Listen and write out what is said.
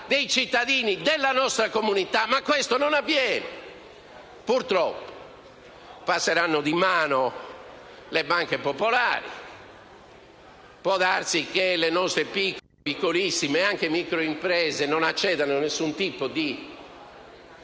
dei cittadini della nostra comunità. Ma questo non avviene, purtroppo. Passeranno di mano le banche popolari. Può darsi che le nostre piccole e piccolissime microimprese non accedano a nessun tipo di